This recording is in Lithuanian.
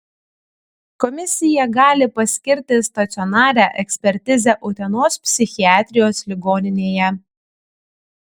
komisija gali paskirti stacionarią ekspertizę utenos psichiatrijos ligoninėje